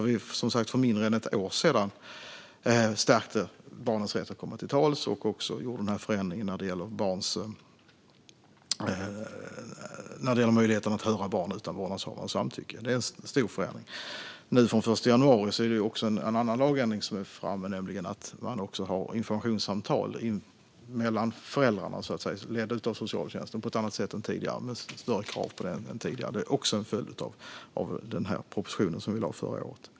Vi stärkte för mindre än ett år sedan barnens rätt att komma till tals och gjorde ändringen som gäller möjligheten att höra barn utan vårdnadshavares samtycke. Det är en stor förändring. Från den 1 januari är det också en annan lagändring som gäller, nämligen att man har informationssamtal mellan föräldrarna ledda av socialtjänsten på ett annat sätt än tidigare och med större krav på det än tidigare. Det är också en följd av propositionen som vi lade fram förra året.